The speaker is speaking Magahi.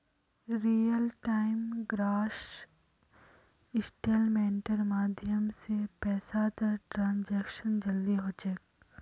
रियल टाइम ग्रॉस सेटलमेंटेर माध्यम स पैसातर ट्रांसैक्शन जल्दी ह छेक